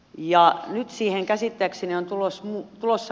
nyt siihen käsittääkseni on tulossa muutos